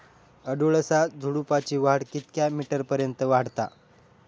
अडुळसा झुडूपाची वाढ कितक्या मीटर पर्यंत वाढता?